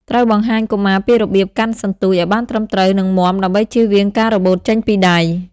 ត្រូវបង្ហាញកុមារពីរបៀប កាន់សន្ទូច ឱ្យបានត្រឹមត្រូវ និងមាំដើម្បីជៀសវាងការរបូតចេញពីដៃ។